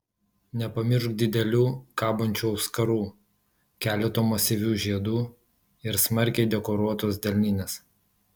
nepamiršk didelių kabančių auskarų keleto masyvių žiedų ir smarkiai dekoruotos delninės